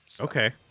Okay